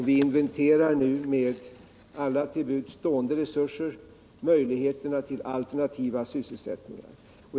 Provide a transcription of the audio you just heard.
Vi inventerar nu med alla till buds stående resurser möjligheterna till alternativa sysselsättningar.